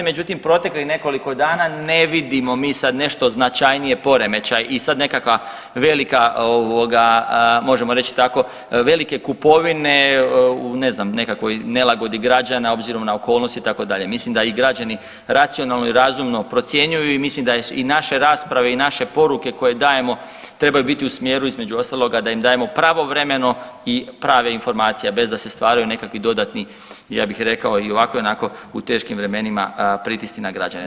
Međutim proteklih nekoliko dana ne vidimo mi sad nešto značajnije poremećaj i sad nekakva velika ovoga možemo reć tako velike kupovine u ne znam nekakvoj nelagodi građana obzirom na okolnosti itd., mislim da i građani racionalno i razumno procjenjuju i mislim da i naše rasprave i naše poruke koje dajemo trebaju biti u smjeru između ostaloga da im dajemo pravovremeno i prave informacije bez da se stvaraju nekakvi dodatni ja bih rekao i ovako i onako u teškim vremenima pritisci na građane.